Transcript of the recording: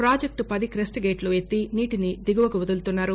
project పది crest గేట్లు ఎత్తి నీటిని దిగువకు వదులుతున్నారు